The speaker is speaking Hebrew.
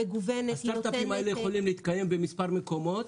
הסטרטאפים האלה יכולים להתקיים במספר מקומות